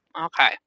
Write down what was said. okay